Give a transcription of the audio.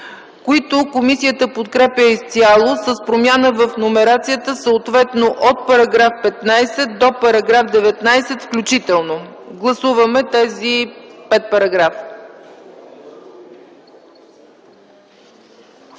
които комисията подкрепя изцяло с промяна в номерацията съответно от § 15 до § 19 включително. Гласуваме тези пет параграфа.